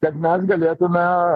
kad mes galėtume